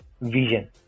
vision